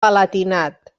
palatinat